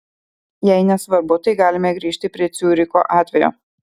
jei nesvarbu tai galime grįžti prie ciuricho atvejo